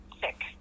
sick